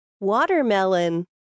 watermelon